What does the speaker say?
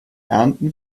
ernten